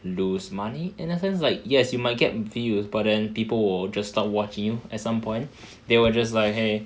lose money in a sense like yes you might get views but then people will just stop watching at some point they will just like !hey!